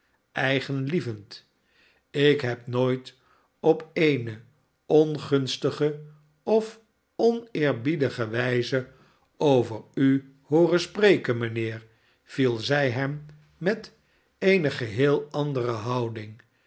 eigenlievend ik heb nooit op eene ongunstige of oneerbiedige wijze over u hooren spreken mijnheer viel zij hem met eene geheel andere houding